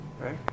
Right